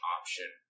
option